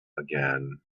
again